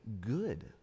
good